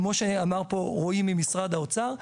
כמו שאמר פה רועי ממשרד האוצר,